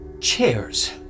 chairs